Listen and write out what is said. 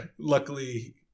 luckily